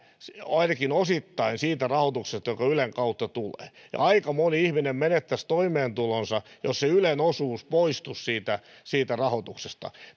ainakin osittain siitä rahoituksesta joka ylen kautta tulee aika moni ihminen menettäisi toimeentulonsa jos se ylen osuus poistuisi siitä siitä rahoituksesta